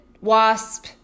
wasp